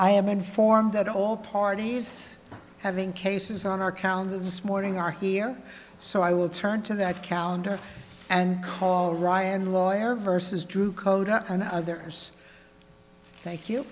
i am informed that all parties having cases on our calendar this morning are here so i will turn to that calendar and call ryan lawyer versus drew code on others thank you